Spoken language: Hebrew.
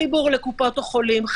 חיבור לקופות החולים,